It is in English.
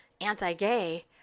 anti-gay